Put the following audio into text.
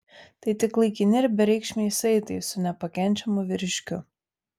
tai tik laikini ir bereikšmiai saitai su nepakenčiamu vyriškiu